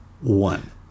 one